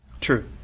True